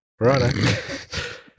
Right